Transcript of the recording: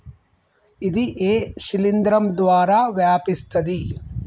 ఇది ఏ శిలింద్రం ద్వారా వ్యాపిస్తది?